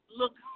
look